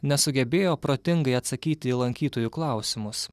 nesugebėjo protingai atsakyti į lankytojų klausimus